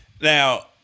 Now